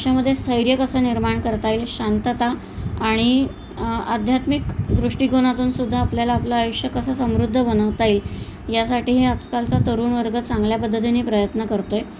आयुष्यामधे स्थैर्य कसं निर्माण करता येईल शांतता आणि आध्यात्मिक दृष्टिकोनातूनसुद्धा आपल्याला आपलं आयुष्य कसं समृद्ध बनवता येईल यासाठीही आजकालचा तरुणवर्ग चांगल्या पद्धतीने प्रयत्न करतो आहे